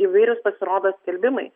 įvairiūs pasirodo skelbimai